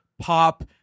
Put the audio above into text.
pop